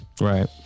Right